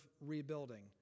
rebuilding